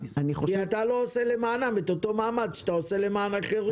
כי אתה לא עושה למענם את אותו מאמץ שאתה עושה למען אחרים.